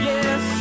Yes